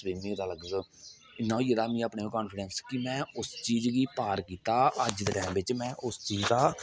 swimming साला इन्ना होई गेदा हा अपने उप्पर काॅन्फीडैंस किन्ना ऐ उस चीज गी पार कीता अज्ज दे टाइम च में उस चीज दा